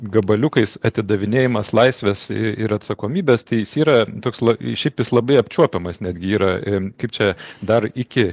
gabaliukais atidavinėjimas laisvės ir atsakomybės tai jis yra toks la šiaip jis labai apčiuopiamas netgi yra ir kaip čia dar iki